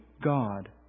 God